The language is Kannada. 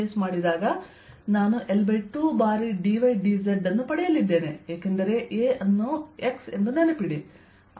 ds ಮಾಡಿದಾಗ ನಾನು L2 ಬಾರಿ dydz ಅನ್ನು ಪಡೆಯಲಿದ್ದೇನೆ ಏಕೆಂದರೆ A ಅನ್ನು x ಎಂದು ನೆನಪಿಡಿ